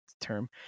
term